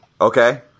Okay